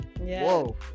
Whoa